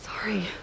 Sorry